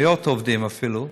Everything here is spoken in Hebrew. מאות עובדים, אפילו.